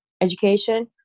education